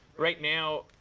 right now,